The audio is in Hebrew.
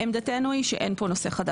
עמדתנו היא שאין פה נושא חדש.